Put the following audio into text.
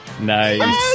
Nice